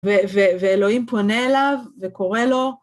ואלוהים פונה אליו וקורא לו.